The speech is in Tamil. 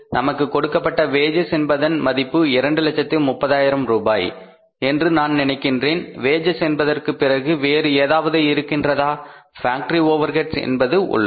நமக்கு கொடுக்கப்பட்ட வேஜஸ் என்பதன் மதிப்பு 230000 ரூபாய் என்று நான் நினைக்கின்றேன் வேஜஸ் என்பதற்கு பிறகு வேறு ஏதாவது இருக்கின்றதா ஃபேக்டரி ஓவர் ஹெட் என்பது உள்ளது